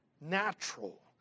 natural